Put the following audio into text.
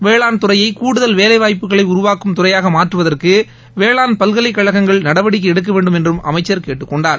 வேளான்துறையை கூடுதல் வேலைவாய்ப்புகளை உருவாக்கும் துறையாக மாற்றுவதற்கு வேளாண் பல்கலைக்கழகங்கள் நடவடிக்கை எடுக்க வேண்டும் என்றும் அமைச்சர் கேட்டுக் கொண்டார்